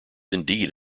indeed